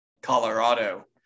colorado